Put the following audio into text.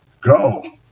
Go